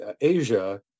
Asia